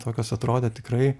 tokios atrodė tikrai